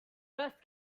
first